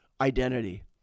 identity